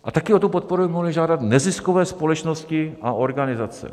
A také o tu podporu mohly žádat neziskové společnosti a organizace.